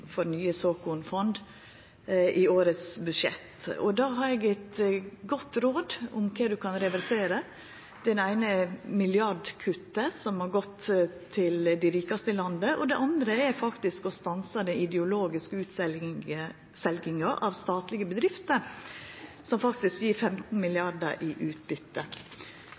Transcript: for nye såkornfond i årets budsjett. Då har eg gode råd om kva ein kan reversera. Det eine er milliardkuttet, pengar som har gått til dei rikaste i landet, og det andre er faktisk å stansa det ideologiske salet av statlege bedrifter, bedrifter som faktisk gir 15 mrd. kr i